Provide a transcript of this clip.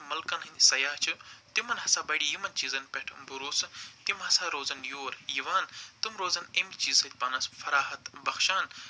ملکن ہِنٛدۍ سیاہ چھِ تِمن ہسا بَڑے یِمن چیٖزن پٮ۪ٹھ بروسہٕ تِم ہسا روزن یور یِوان تِم روزن امہِ چیٖزٕکۍ پانس فراہت بکچھان